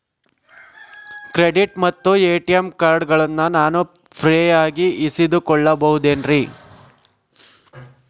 Credit ಮತ್ತ ATM ಕಾರ್ಡಗಳನ್ನ ನಾನು ಫ್ರೇಯಾಗಿ ಇಸಿದುಕೊಳ್ಳಬಹುದೇನ್ರಿ?